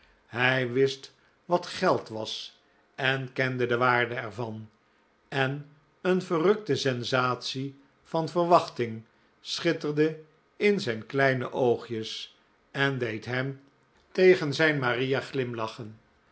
hij wist wat geld was en kende de waarde er van en een verrukte sensatie van verwachting schitterde in zijn kleine oogjes en deed hem tegen zijn maria glimlachen